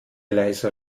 leiser